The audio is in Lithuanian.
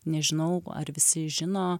nežinau ar visi žino